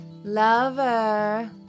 Lover